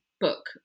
book